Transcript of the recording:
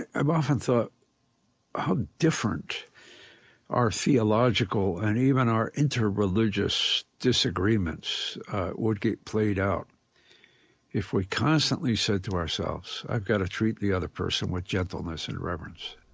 i've often thought how different our theological and even our interreligious disagreements would get played out if we constantly said to ourselves, i've got to treat the other person with gentleness and reverence